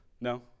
No